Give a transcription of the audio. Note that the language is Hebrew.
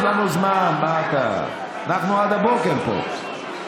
יש לנו זמן, מה אתה, אנחנו עד הבוקר פה.